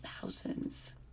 thousands